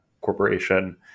corporation